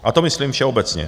A to myslím všeobecně.